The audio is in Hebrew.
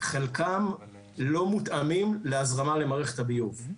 חלקם לא מותאמים להזרמה למערכת הביוב.